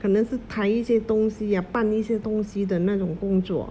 可能是抬一些东西 ah 搬一些东西的那种工作